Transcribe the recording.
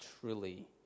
Truly